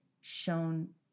shown